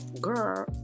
girl